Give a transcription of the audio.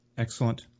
Excellent